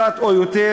אחת או יותר,